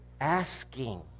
asking